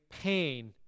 pain